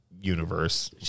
universe